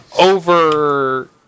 over